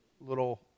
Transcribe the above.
little